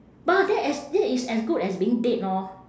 but that as that is as good as being dead lor